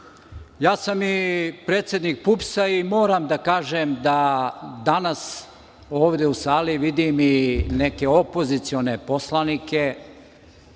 sam i predsednik PUPS i moram da kažem da danas ovde u sali vidim i neke opozicione poslanike